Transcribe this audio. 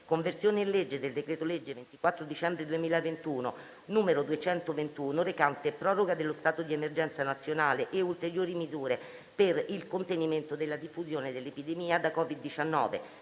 «Conversione in legge del decreto-legge 24 dicembre 2021, n. 221, recante proroga dello stato di emergenza nazionale e ulteriori misure per il contenimento della diffusione dell'epidemia da COVID-19»